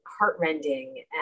Heartrending